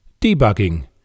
debugging